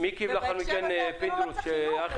ובהקשר הזה אפילו לא צריך חינוך.